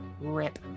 rip